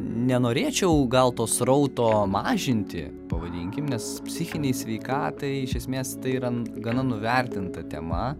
nenorėčiau gal to srauto mažinti pavadinkim nes psichinei sveikatai iš esmės tai yra gana nuvertinta tema